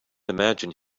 imagine